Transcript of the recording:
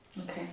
Okay